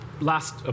last